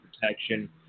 protection